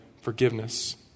forgiveness